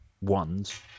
ones